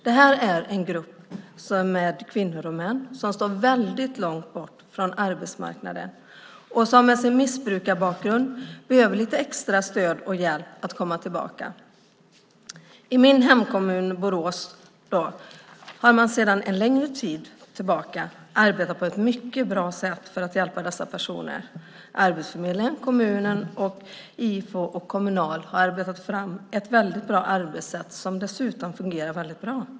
Det här är en grupp kvinnor och män som står väldigt långt bort från arbetsmarknaden. Med sin missbrukarbakgrund behöver de lite extra stöd och hjälp att komma tillbaka. I min hemkommun Borås har man sedan en längre tid arbetat på ett mycket bra sätt för att hjälpa dessa personer. Arbetsförmedlingen, kommunen, IFO och Kommunal har arbetat fram ett bra och fungerande arbetssätt.